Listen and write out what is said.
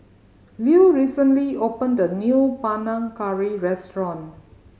Lew recently opened a new Panang Curry restaurant